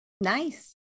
Nice